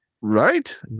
right